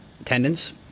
Attendance